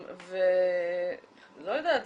לא יודעת,